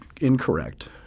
incorrect